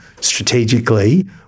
strategically